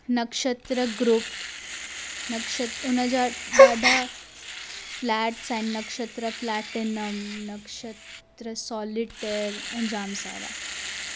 नक्षत्र group Nakshatra उन जा ॾाढा फ्लैट्स आहिनि नक्षत्र प्लैटिनम नक्षत्र सॉलिटेयर ऐं जाम सारा